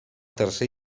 tercer